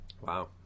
Wow